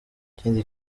ikindi